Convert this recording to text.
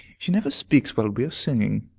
she never speaks while we are singing.